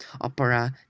Opera